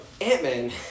Ant-Man